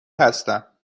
هستم